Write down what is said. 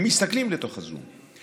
הם מסתכלים לתוך הזום,